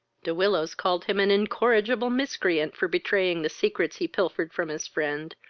de willows called him an incorrigible miscreant for betraying the secrets he pilfered from his friend,